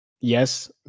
Yes